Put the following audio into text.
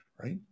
right